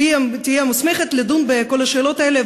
שהיא תהיה המוסמכת לדון בכל השאלות האלה,